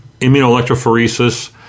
immunoelectrophoresis